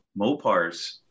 Mopars